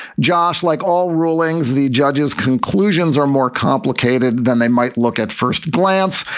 josh, like all rulings, the judge's conclusions are more complicated than they might look at first glance.